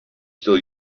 still